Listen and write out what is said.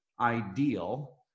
ideal